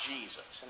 Jesus